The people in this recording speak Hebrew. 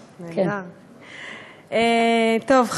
טוב,